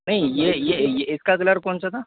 नहीं ये ये ये इसका कलर कौनसा था